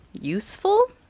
useful